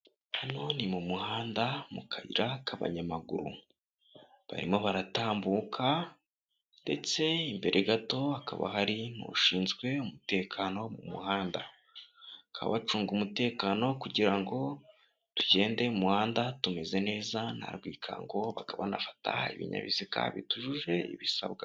Hano ni mu muhanda mu kayira k'abanyamaguru ,barimo baratambuka ndetse imbere gato hakaba hari n'ushinzwe umutekano wo mu muhanda . Bakaba bacunga umutekano kugira ngo tugende mu muhanda tumeze neza nta rwikango, bakaba banafata ibinyabiziga bitujuje ibisabwa.